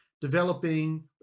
developing